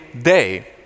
day